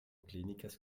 clíniques